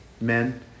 men